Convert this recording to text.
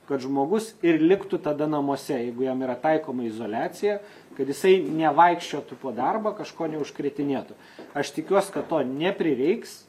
kad žmogus ir liktų tada namuose jeigu jam yra taikoma izoliacija kad jisai nevaikščiotų po darbą kažko neužkrėtinėtų aš tikiuos kad to neprireiks